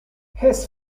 his